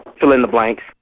fill-in-the-blanks